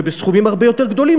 ובסכומים הרבה יותר גדולים,